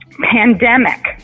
pandemic